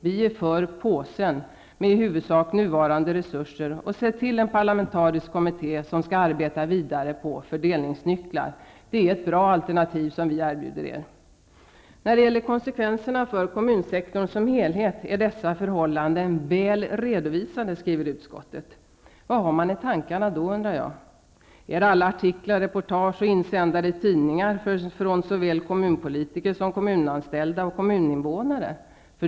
Vi är för ''påsen'', med i huvudsak nuvarande resurser. Sätt till en parlamentarisk kommitté som arbetar vidare på fördelningsnycklar. Det är ett bra alternativ vi erbjuder er. När det gäller konsekvenserna för kommunsektorn som helhet är dessa förhållanden väl redovisade, skriver utskottet. Vad har man i tankarna då, undrar jag. Är det alla artiklar, reportage och insändare i tidningar? För att inte tala om alla brev och telefonsamtal vi har fått från såväl kommunpolitiker och kommunanställda som kommuninvånare.